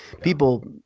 People